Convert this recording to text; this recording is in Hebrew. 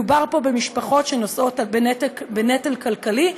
מדובר פה במשפחות שנושאות בנטל כלכלי,